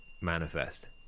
manifest